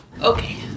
Okay